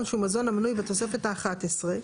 שהוא מזון המנוי בתוספת האחת עשרה,